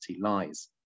lies